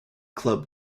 club